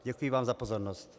Děkuji vám za pozornost.